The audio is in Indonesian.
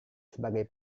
sebagai